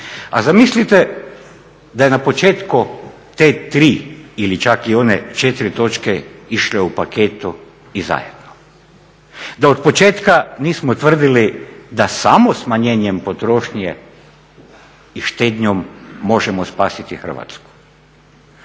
A zamislite da je na početku te tri ili čak i one četiri točke išle u paketu i zajedno. Da otpočetka nismo tvrdili da samo smanjenjem potrošnje i štednjom možemo spasiti Hrvatsku.